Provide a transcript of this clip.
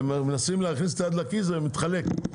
הם מנסים להכניס את היד לכיס וזה מחליק,